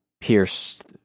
pierced